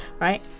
right